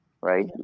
right